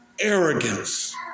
arrogance